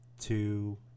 two